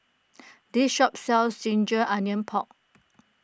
this shop sells Ginger Onions Pork